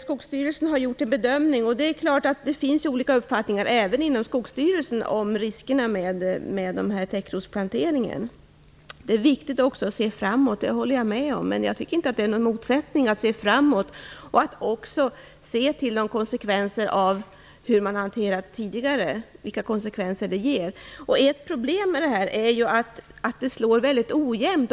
Skogsstyrelsen har gjort en bedömning, och det är klart att det finns olika uppfattningar även inom Det är också viktigt att se framåt - det håller jag med om. Men jag tycker inte att det finns någon motsättning i att se framåt och att också se till konsekvenserna av tidigare hantering. Ett problem här är att det slår väldigt ojämnt.